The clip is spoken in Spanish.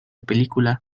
película